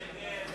35, נגד,